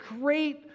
great